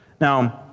Now